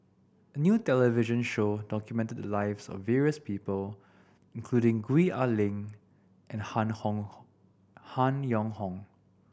a new television show documented the lives of various people including Gwee Ah Leng and Han Hong Han Yong Hong